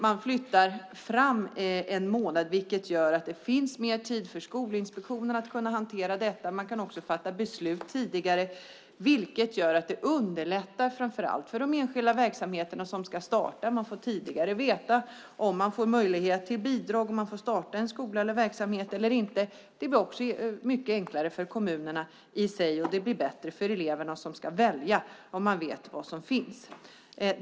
Man flyttar fram det en månad, vilket gör att det finns mer tid för Skolinspektionen att hantera detta. Man kan också fatta beslut tidigare. Det underlättar framför allt för de enskilda verksamheter som ska starta. Man får tidigare veta om man har möjlighet till bidrag och om man får starta en skola eller verksamhet eller inte. Det blir mycket enklare för kommunerna, och det blir bättre för eleverna som ska välja när de vet vad som finns.